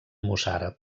mossàrab